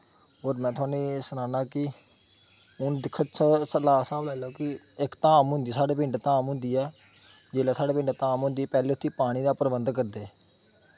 होर में थुआनू सनान्ना कि हून दिक्खो लाओ हिसाब क्योंकि इक धाम होंदी साढ़े पिंड धाम होंदी ऐ जिसलै साढ़ै इत्थै धाम होंदी पैह्लें साढ़ै उत्थै पानी दा प्रबंध करदे